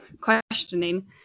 questioning